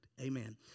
Amen